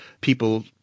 people